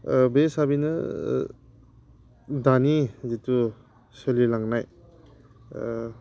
बे हिसाबैनो दानि जिथु सोलिलांनाय